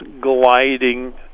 gliding